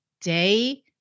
day